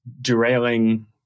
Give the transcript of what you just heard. derailing